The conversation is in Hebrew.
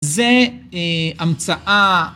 זה המצאה...